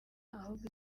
ahubwo